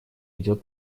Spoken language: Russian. идет